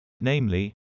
namely